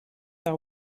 are